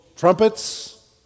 Trumpets